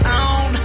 on